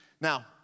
Now